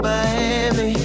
Miami